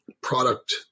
product